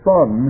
Son